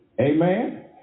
Amen